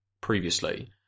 previously